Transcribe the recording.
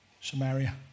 Samaria